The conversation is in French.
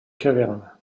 caverne